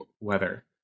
weather